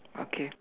okay